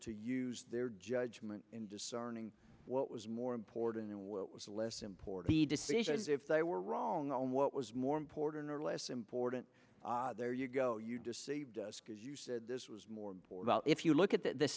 to use their judgment in discerning what was more important than what was less important decisions if they were wrong on what was more important or less important there you go you deceived as you said this was more about if you look at the